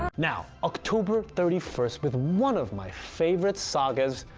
now october thirty first with one of my favorite sagas,